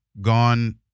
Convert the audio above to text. gone